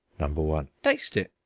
number one taste it.